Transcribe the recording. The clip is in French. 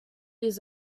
les